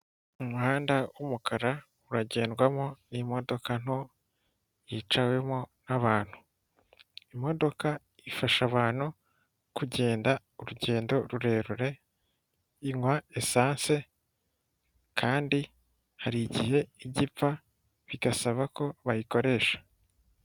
Umuhanda w'umukara uragendwamo n'imodoka nto, yicawemo n'abantu. Imodoka ifasha abantu kugenda urugendo rurerure, inywa esanse kandi hari igihe ijya ipfa bigasaba ko bayikoresha.